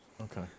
Okay